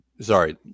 Sorry